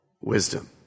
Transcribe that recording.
wisdom